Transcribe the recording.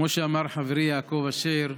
כמו שאמר חברי יעקב אשר,